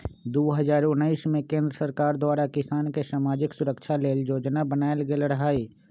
दू हज़ार उनइस में केंद्र सरकार द्वारा किसान के समाजिक सुरक्षा लेल जोजना बनाएल गेल रहई